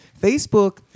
facebook